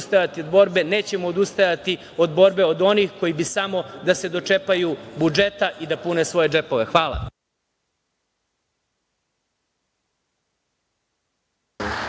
nećemo odustajati od borbe, od onih koji bi samo da se dočepaju budžeta i da pune svoje džepove. Hvala.